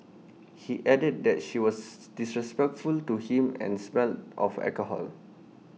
he added that she was disrespectful to him and smelled of alcohol